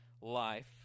Life